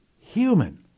human